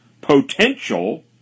potential